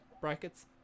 Brackets